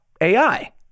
AI